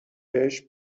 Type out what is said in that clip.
بهش